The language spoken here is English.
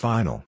Final